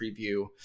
preview